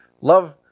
Love